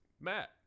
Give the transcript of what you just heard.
matt